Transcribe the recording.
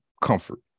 comfort